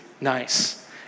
nice